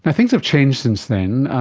and things have changed since then,